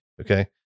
Okay